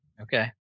Okay